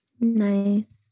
Nice